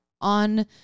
on